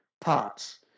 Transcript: parts